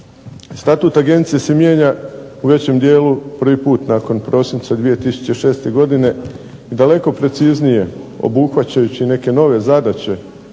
Statut Agencije se mijenja u većem dijelu prvi put nakon prosinca 2006. godine, daleko preciznije obuhvaćajući neke nove zadaće,